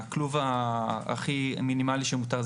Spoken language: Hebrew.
הכלוב הכי מינימלי שמותר,